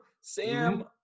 Sam